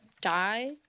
Die